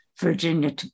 Virginia